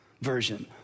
version